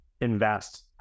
invest